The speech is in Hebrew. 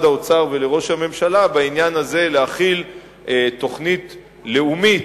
האוצר ולראש הממשלה בעניין הזה להכין תוכנית לאומית,